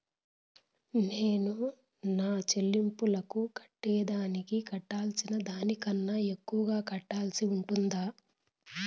నేను నా సెల్లింపులకు కట్టేదానికి కట్టాల్సిన దానికన్నా ఎక్కువగా కట్టాల్సి ఉంటుందా?